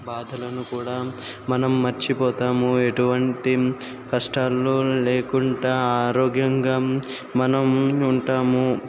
బాధలను కూడా మనం మర్చిపోతాము ఎటువంటి కష్టాల్లో లేకుండా ఆరోగ్యంగా మనం ఉంటాము